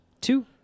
two